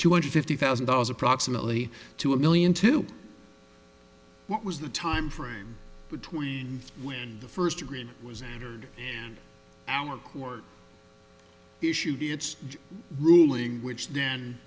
two hundred fifty thousand dollars approximately to a million two what was the timeframe between when the first agreement was entered our court issued its ruling which then